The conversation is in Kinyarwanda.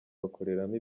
bakoreramo